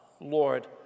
Lord